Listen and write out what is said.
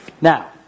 Now